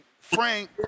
Frank